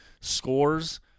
scores